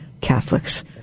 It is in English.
Catholics